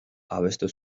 abestu